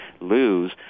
lose